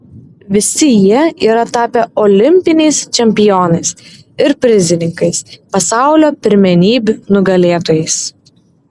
visi jie yra tapę olimpiniais čempionais ir prizininkais pasaulio pirmenybių nugalėtojais